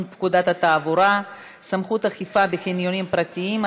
פקודת התעבורה (סמכות אכיפה בחניונים פרטיים),